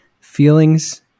feelings